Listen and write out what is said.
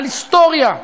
על היסטוריה,